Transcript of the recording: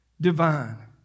divine